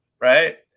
right